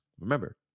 remember